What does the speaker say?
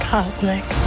Cosmic